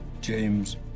James